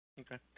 Okay